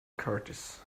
curtis